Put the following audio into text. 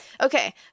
Okay